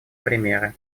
примеры